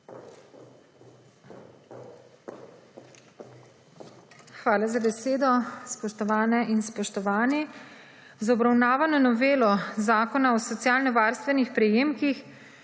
Hvala za besedo. Spoštovane in spoštovani! Z obravnavano novelo Zakona o socialno varstvenih prejemkih